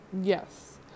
yes